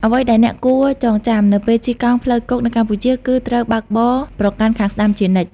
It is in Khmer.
អ្វីដែលអ្នកគួរចងចាំនៅពេលជិះកង់ផ្លូវគោកនៅកម្ពុជា គឺត្រូវបើកបរប្រកាន់ខាងស្តាំជានិច្ច។